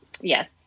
Yes